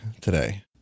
today